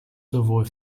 sowohl